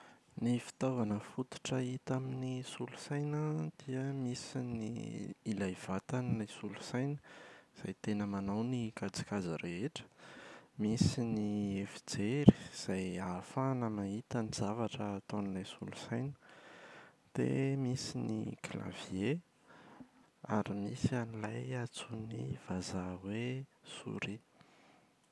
Ny fitaovana fototra hita ao amin’ny solosaina an dia misy ny ilay vatan’ny solosaina izay tena manao ny kajikajy rehetra. Misy ny efijery izay ahafahana mahita ny zavatra ataon’ilay solosaina. Dia misy ny klavie, ary misy an’ilay antsoin’ny vazaha hoe souris.